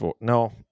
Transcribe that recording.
No